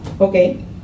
okay